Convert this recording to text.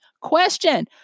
question